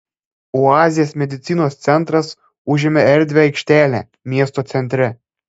oazės medicinos centras užėmė erdvią aikštelę miesto centre